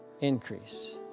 Increase